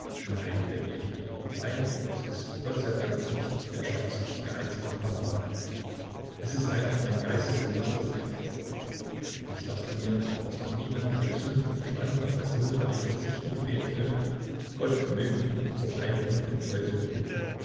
nein denke ich mir nein es ist gott sei dank nicht der scharfsichtige einsiedler pamwa es ist einfach ein geistesumnachteter greis ich dachte mir daß doch niemand bei gesundem verstande auf das himmelreich verzichten und beten könne gott möge ihn zur peinigung den teufeln geben